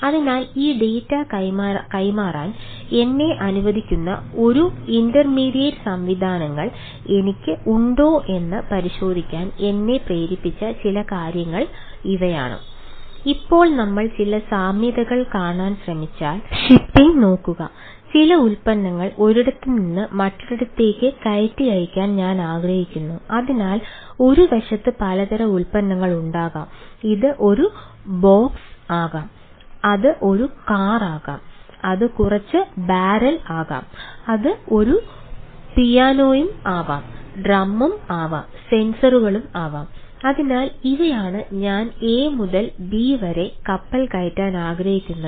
അതിനാൽ ഈ ഡാറ്റ സംവിധാനങ്ങൾ എനിക്ക് ഉണ്ടോ എന്ന് പരിശോധിക്കാൻ എന്നെ പ്രേരിപ്പിച്ച ചില കാര്യങ്ങൾ ഇവയാണ് ഇപ്പോൾ നമ്മൾ ചില സാമ്യതകൾ കാണാൻ ശ്രമിച്ചാൽ ഷിപ്പിംഗ് വരെ കപ്പൽ കയറ്റാൻ ആഗ്രഹിക്കുന്നത്